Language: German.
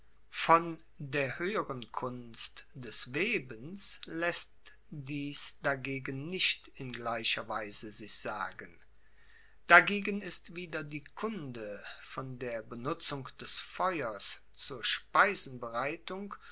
von der hoeheren kunst des webens laesst dies dagegen nicht in gleicher weise sich sagen dagegen ist wieder die kunde von der benutzung des feuers zur